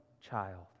child